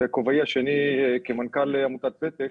בכובעי השני כמנכ"ל עמותת ותק,